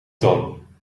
dan